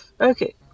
Okay